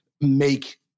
make